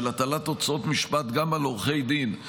של הטלת הוצאות משפט גם על עורכי דין,